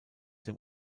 dem